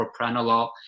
propranolol